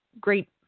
great